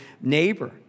neighbor